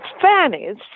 fairness